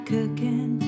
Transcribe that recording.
Cooking